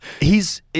hes